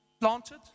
planted